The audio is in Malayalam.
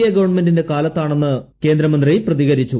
എ ഗവൺമെന്റിന്റെ കാലത്താണെന്ന് കേന്ദ്രമന്ത്രി പ്രതികരിച്ചു